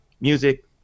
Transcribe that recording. music